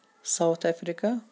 South Africa